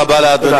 תודה רבה לאדוני.